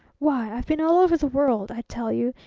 why, i've been all over the world, i tell you,